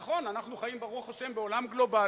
נכון, אנחנו חיים, ברוך השם, בעולם גלובלי.